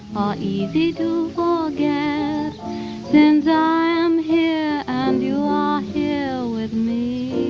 easy to forget since i am here, and you are here with me.